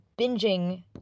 binging